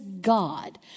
God